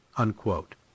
unquote